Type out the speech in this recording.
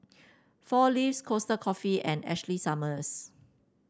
Four Leaves Costa Coffee and Ashley Summers